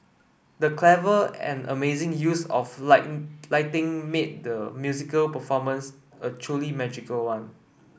the clever and amazing use of lighting made the musical performance a truly magical one